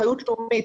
אחריות לאומית,